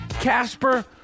Casper